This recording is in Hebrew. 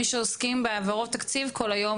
מי שעוסקים בהעברות תקציב כל היום,